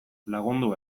lagundu